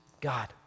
God